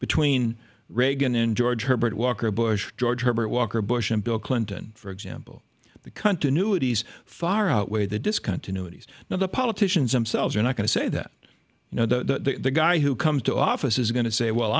between reagan and george herbert walker bush george herbert walker bush and bill clinton for example the continuity he's far outweigh the discontinuity now the politicians themselves are not going to say that you know the guy who comes to office is going to say well